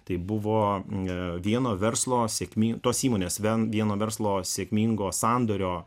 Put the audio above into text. tai buvo vieno verslo tos įmonės vieno verslo sėkmingo sandorio